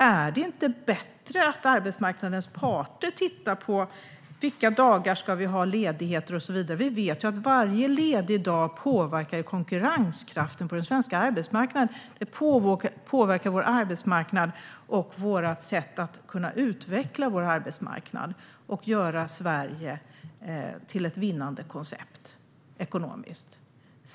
Är det inte bättre att arbetsmarknadens parter tittar på vilka dagar som ska vara lediga och så vidare? Vi vet att varje ledig dag påverkar konkurrenskraften på den svenska arbetsmarknaden. Det påverkar vår arbetsmarknad och vårt sätt att kunna utveckla vår arbetsmarknad och göra Sverige till ett vinnande koncept ekonomiskt.